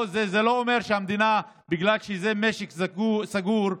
בגלל שזה משק סגור,